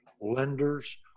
lenders